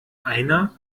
einer